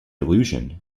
illusion